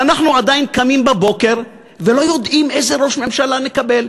ואנחנו עדיין קמים בבוקר ולא יודעים איזה ראש ממשלה נקבל.